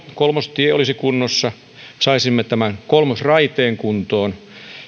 kolmostie olisi kunnossa ja saisimme tämän kolmosraiteen kuntoon